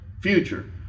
future